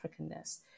africanness